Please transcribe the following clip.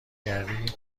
کردی